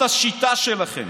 זאת השיטה שלכם.